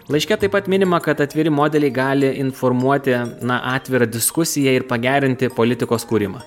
laiške taip pat minima kad atviri modeliai gali informuoti na atvirą diskusiją ir pagerinti politikos kūrimą